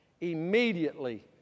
immediately